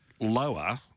lower